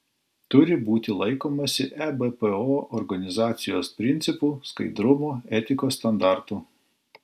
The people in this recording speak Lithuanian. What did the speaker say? turi būti laikomasi ebpo organizacijos principų skaidrumo etikos standartų